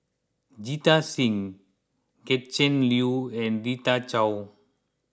Jita Singh Gretchen Liu and Rita Chao